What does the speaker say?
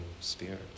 Spirit